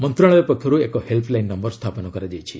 ମନ୍ତ୍ରଣାଳୟ ପକ୍ଷରୁ ଏକ ହେଲ୍ସଲାଇନ୍ ନମ୍ଘର ସ୍ଥାପନ କରାଯାଇଛି